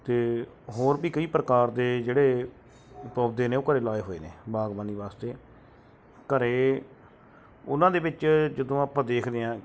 ਅਤੇ ਹੋਰ ਵੀ ਕਈ ਪ੍ਰਕਾਰ ਦੇ ਜਿਹੜੇ ਪੌਦੇ ਨੇ ਉਹ ਘਰ ਲਾਏ ਹੋਏ ਨੇ ਬਾਗਬਾਨੀ ਵਾਸਤੇ ਘਰ ਉਹਨਾਂ ਦੇ ਵਿੱਚ ਜਦੋਂ ਆਪਾਂ ਦੇਖਦੇ ਹਾਂ